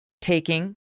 taking